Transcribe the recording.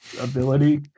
ability